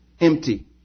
empty